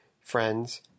friends